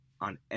on